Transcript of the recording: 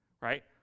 right